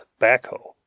backhoe